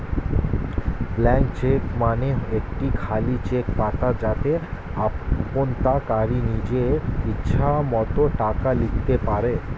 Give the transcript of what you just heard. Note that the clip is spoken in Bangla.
ব্লাঙ্ক চেক মানে একটি খালি চেক পাতা যাতে আমানতকারী নিজের ইচ্ছে মতো টাকা লিখতে পারে